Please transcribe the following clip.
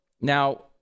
Now